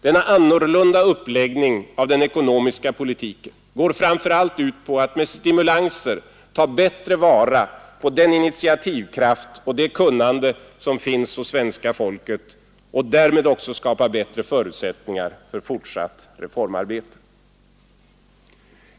Denna annorlunda uppläggning av den ekonomiska politiken går framför allt ut på att med stimulanser ta bättre vara på den initiativkraft och det kunnande som finns hos det svenska folket och därmed också skapa bättre förutsättningar för fortsatt reformarbete.